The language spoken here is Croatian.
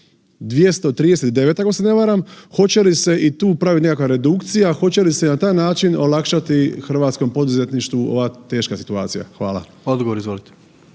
239, ako se ne varam. Hoće li se i tu praviti nekakva redukcija, hoće li se na taj način olakšati hrvatskom poduzetništvu ova teška situacija? Hvala. **Jandroković,